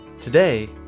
Today